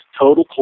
total